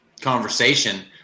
conversation